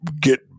get